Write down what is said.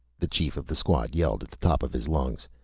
the chief of the squad yelled at the top of his lungs.